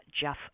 Jeff